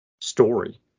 story